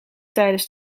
tijdens